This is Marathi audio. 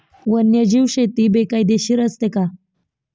वन्यजीव शेती बेकायदेशीर असते का?